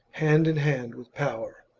hand in hand with power,